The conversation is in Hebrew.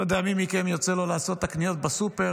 אני לא יודע למי מכם יוצא לעשות את הקניות בסופר.